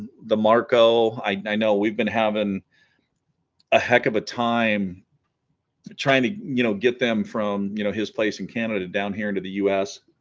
the marco i know we've been having a heck of a time trying to you know get them from you know his place and candidate down here into the us